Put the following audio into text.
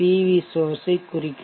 we சோர்ஷ் ஐ குறிக்கிறது